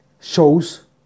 shows